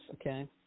okay